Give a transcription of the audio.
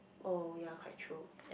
oh ya quite true